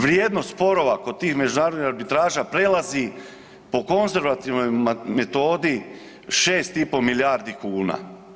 Vrijednost sporova kod tih međunarodnih arbitraža prelazi po konzervativnoj metodi 6,5 milijardi kuna.